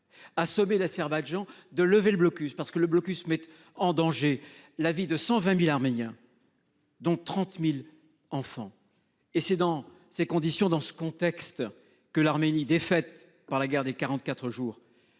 A d'Azerbaïdjan de lever le blocus parce que le blocus mettent en danger la vie de 120.000 Arméniens. Dont 30.000 enfants et c'est dans ces conditions. Dans ce contexte que l'Arménie défaite par la guerre des 44 jours.